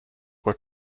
were